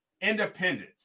independence